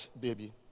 baby